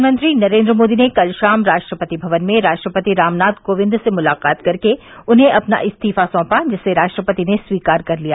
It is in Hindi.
प्रधानमंत्री नरेंद्र मोदी ने कल शाम राष्ट्रपति भवन में राष्ट्रपति रामनाथ कोविंद से मुलाकात कर के उन्हें अपना इस्तीफा सौंपा जिसे राष्ट्रपति ने स्वीकार कर लिया